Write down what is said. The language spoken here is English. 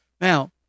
Now